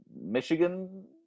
Michigan